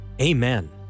Amen